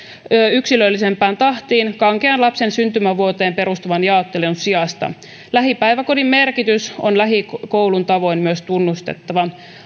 yksilöllisempään tahtiin kankean lapsen syntymävuoteen perustuvan jaottelun sijasta myös lähipäiväkodin merkitys on lähikoulun tavoin tunnustettava